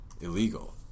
illegal